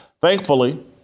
Thankfully